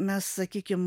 mes sakykim